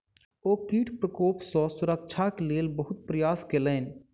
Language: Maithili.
ओ कीट प्रकोप सॅ सुरक्षाक लेल बहुत प्रयास केलैन